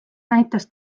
näitas